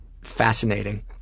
fascinating